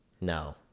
No